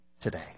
today